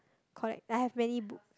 collect I have many book